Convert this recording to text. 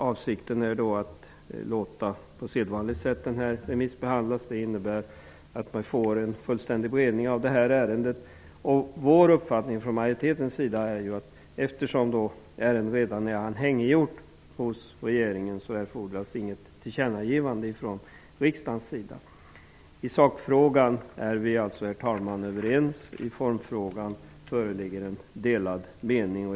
Avsikten är att man på sedvanligt sätt skall låta ärendet remissbehandlas. Det innebär att det blir en fullständig beredning av det. Eftersom ärendet redan är anhängiggjort hos regeringen är majoritetens uppfattning att det inte erfordras något tillkännagivande från riksdagens sida. I sakfrågan är vi alltså, herr talman, överens. I formfrågan föreligger en delad mening.